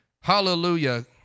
Hallelujah